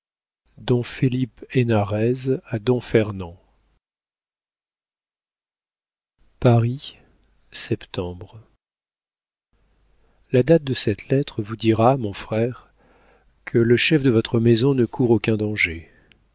hénarez a don fernand paris septembre la date de cette lettre vous dira mon frère que le chef de votre maison ne court aucun danger